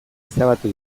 ezabatu